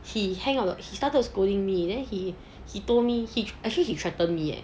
he hang on he started scolding me then he he told me he actually he threatened me